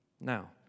Now